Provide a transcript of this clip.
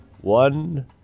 one